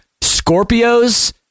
Scorpios